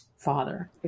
father